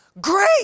great